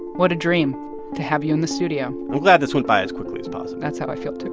what a dream to have you in the studio i'm glad this went by as quickly as possible that's how i feel, too.